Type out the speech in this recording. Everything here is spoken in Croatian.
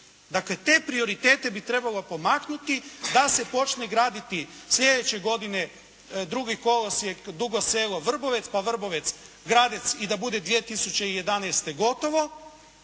Dakle, te prioritete bi trebalo pomaknuti da se počne graditi sljedeće godine drugi kolosijek Dugo Selo-Vrbovec pa Vrbovec-Gradec i da bude 2011. gotovo.